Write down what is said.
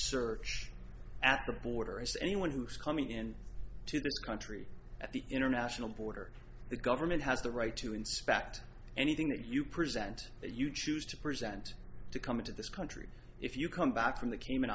search at the border as anyone who is coming in to the country at the international border the government has the right to inspect anything that you present that you choose to present to come into this country if you come back from the cayman